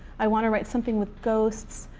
i want to write something with ghosts.